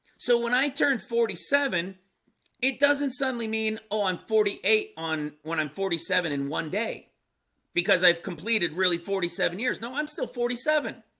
so when i turn forty seven it doesn't suddenly mean. oh i'm forty eight on when i'm forty seven in one day because i've completed really forty seven years. no i'm still forty seven